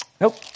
nope